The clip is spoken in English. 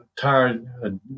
tired